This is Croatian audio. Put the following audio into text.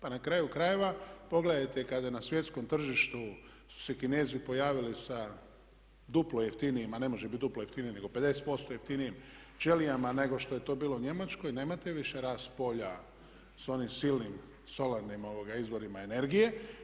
Pa na kraju krajeva, pogledajte kada na svjetskom tržištu su se Kinezi pojavili sa duplo jeftinijim, a ne može biti duplo jeftinije nego 50% jeftinijim ćelijama nego što je to bilo u Njemačkoj nemate više rast polja sa onim silnim solarnim izvorima energije.